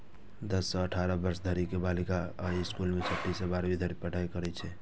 दस सं अठारह वर्ष धरि के बालिका अय स्कूल मे छठी सं बारहवीं धरि पढ़ाइ कैर सकै छै